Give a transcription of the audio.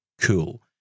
cool